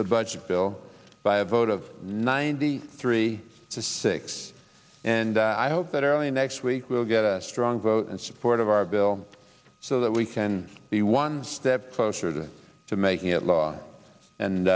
the budget bill by a vote of ninety three to six and i hope that early next week we'll get a strong vote in support of our bill so that we can be one step closer to to making it law and